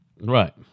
Right